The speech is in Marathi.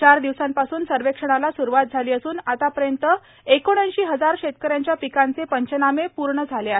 चार दिवसापासून सर्वेक्षणाला सुरुवात झाली असून आतापर्यंत एकोणऐंशी हजार शेतकऱ्यांच्या पिकांचे पंचनामे पूर्ण झाले आहेत